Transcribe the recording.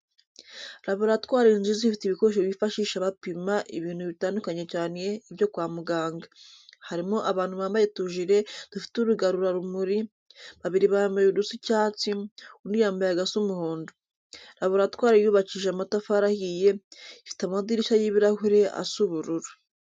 Laboratwari nziza ifite ibikoresho bifashisha bapima ibintu bitandukanye cyane ibyo kwa muganga, harimo abantu bambaye utujire dufite urugarura rumuri, babiri bambaye udusa icyatsi, undi yambaye agasa umuhondo. Laboratwari yubakishije amatafari ahiye, ifite amadirishya y'ibirahure asa ubururu.